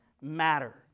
matter